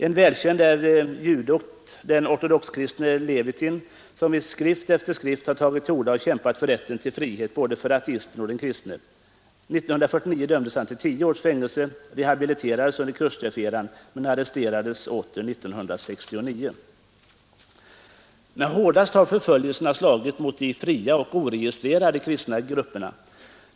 En av de mest kända är den ortodoxt kristne juden Levitin, som i skrift efter skrift har tagit till orda och kämpat för rätten till frihet både för ateisten och för den kristne, År 1949 dömdes han till tio års fängelse, rehabiliterades under Chrustjoveran men arresterades åter 1969. Hårdast har förföljelserna dock slagit mot de fria och oregistrerade kristna grupperna.